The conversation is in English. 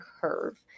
curve